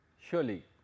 Surely